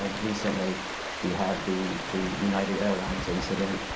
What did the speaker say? ah recently you have the the united airlines incident.